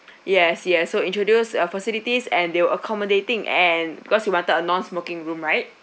yes yes so introduced uh facilities and they were accommodating and because you wanted a non-smoking room right